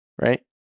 Right